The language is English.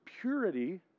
purity